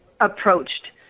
approached